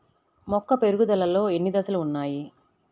మొక్క పెరుగుదలలో ఎన్ని దశలు వున్నాయి?